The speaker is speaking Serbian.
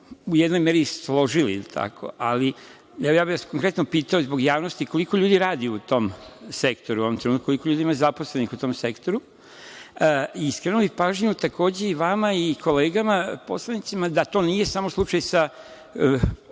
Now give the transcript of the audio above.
u jednoj meri i složili, ali bih vas konkretno pitao zbog javnosti – koliko ljudi radi u tom sektoru? Koliko ima zaposlenih u tom sektoru? Skrenuo bih pažnju takođe i vama i kolegama poslanicima, da to nije samo slučaj sa